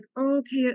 Okay